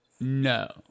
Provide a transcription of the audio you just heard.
No